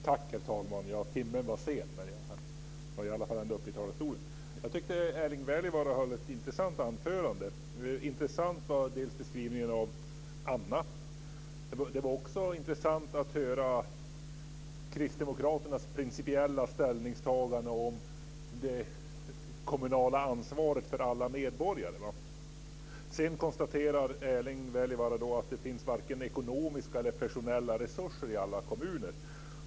Herr talman! Jag tycker att Erling Wälivaara höll ett intressant anförande. Beskrivningen av Annas situation var intressant. Det var också intressant att höra om kristdemokraternas principiella ställningstagande om det kommunala ansvaret för alla medborgare. Erling Wälivaara konstaterade att det fanns varken ekonomiska eller personella resurser i alla kommuner.